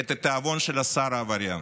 את התיאבון של השר העבריין.